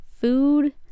food